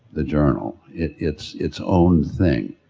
the journal. it, it's its own thing.